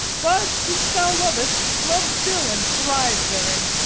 but since thou lov'st, love still, and thrive therein,